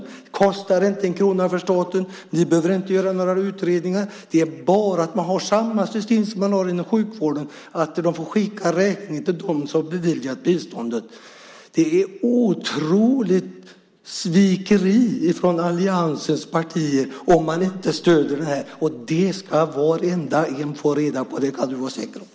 Det kostar inte en krona för staten. Ni behöver inte göra några utredningar. Det är bara att ha samma system som inom sjukvården, nämligen att räkningen skickas till dem som beviljat biståndet. Det är ett otroligt svek från alliansens partier om de inte stöder detta. Det ska varenda en få reda på. Det kan du vara säker på.